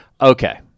Okay